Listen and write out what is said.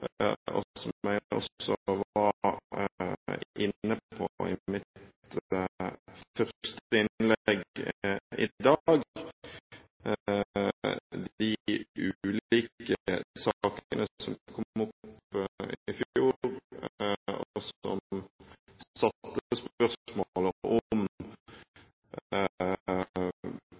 og som jeg også var inne på i mitt første innlegg i dag, nemlig de ulike sakene som kom opp i fjor, som stilte spørsmål ved hva som skjer med barn der en forelder er dømt for vold, og